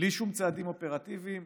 בלי שום צעדים אופרטיביים,